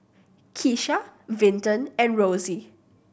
Keesha Vinton and Rossie